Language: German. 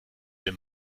dem